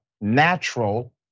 natural